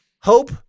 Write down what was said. hope